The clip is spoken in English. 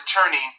returning